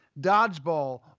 Dodgeball